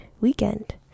weekend